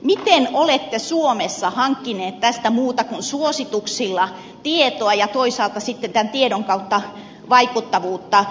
miten olette suomessa hankkineet tästä muuten kuin suosituksilla tietoa ja toisaalta sitten tämän tiedon kautta vaikuttavuutta